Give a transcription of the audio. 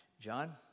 John